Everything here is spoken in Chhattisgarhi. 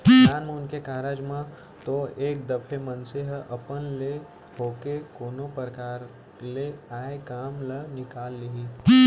नानमुन के कारज म तो एक दफे मनसे ह अपन ले होके कोनो परकार ले आय काम ल निकाल लिही